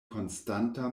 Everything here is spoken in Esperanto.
konstanta